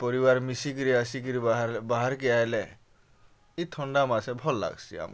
ପରିବାର୍ ମିଶିକିରି ଆସିକିରି ବାହାର୍ ବାହାର୍କେ ଆଏଲେ ଇ ଥଣ୍ଡା ମାସେ ଭଲ୍ ଲାଗ୍ସି ଆମ୍କୁ